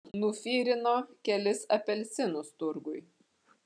nufirino kelis apelsinus turguj